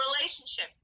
relationship